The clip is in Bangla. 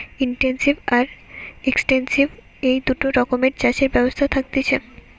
ইনটেনসিভ আর এক্সটেন্সিভ এই দুটা রকমের চাষের ব্যবস্থা থাকতিছে